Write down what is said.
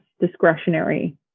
discretionary